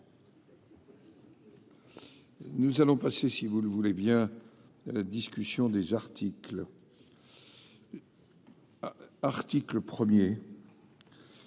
Nous allons passer, si vous le voulez bien discussion des articles. Article 1er